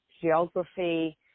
geography